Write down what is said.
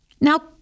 Now